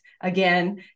again